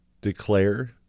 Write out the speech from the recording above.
declare